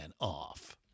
off